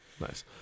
nice